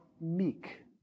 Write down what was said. meek